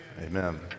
amen